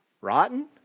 rotten